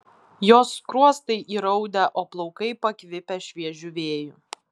jos skruostai įraudę o plaukai pakvipę šviežiu vėju